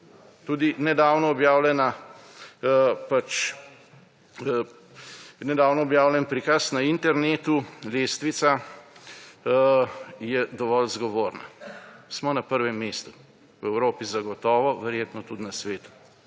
Tudi nedavno objavljen prikaz na internetu, lestvica, je dovolj zgovorna. Smo na prvem mestu v Evropi zagotovo, verjetno tudi na svetu.